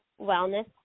Wellness